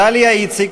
דליה איציק,